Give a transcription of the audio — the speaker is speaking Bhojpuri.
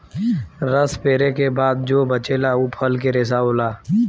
रस पेरे के बाद जो बचेला उ फल के रेशा होला